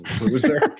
Loser